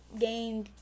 game